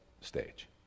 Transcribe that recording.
stage